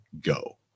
go